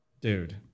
Dude